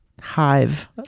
Hive